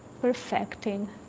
perfecting